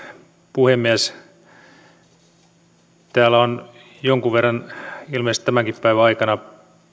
puhemies täällä on jonkun verran ilmeisesti tämänkin päivän aikana